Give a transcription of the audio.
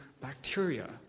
bacteria